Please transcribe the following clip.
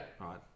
right